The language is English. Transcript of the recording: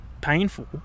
painful